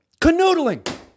canoodling